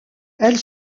elle